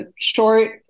short